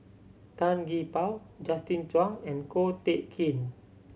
Tan Gee Paw Justin Zhuang and Ko Teck Kin